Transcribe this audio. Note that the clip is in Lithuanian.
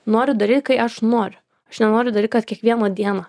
noriu daryti kai aš noriu aš nenoriu daryt kad kiekvieną dieną